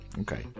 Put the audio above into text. Okay